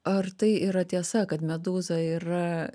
ar tai yra tiesa kad medūza yra